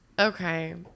Okay